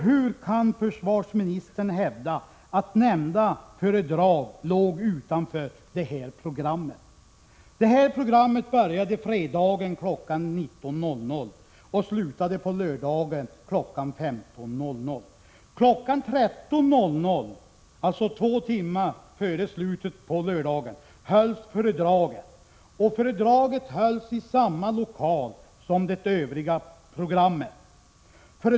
Hur kan försvarsministern hävda att nämnda föredrag låg utanför programmet? Detta började en fredag kl. 19.00 och slutade på lördagen kl. 15.00. Två timmar före avslutningen på lördagen, kl. 13.00, hölls föredraget. Det hölls i samma lokal som det övriga programmet.